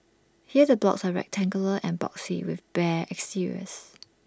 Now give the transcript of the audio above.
here the blocks are rectangular and boxy with bare exteriors